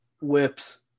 whips